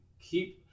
keep